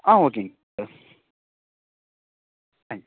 ஆ ஓகேங்க sir thank you